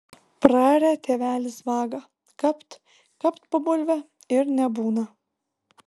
praarė tėvelis vagą kapt kapt po bulvę ir nebūna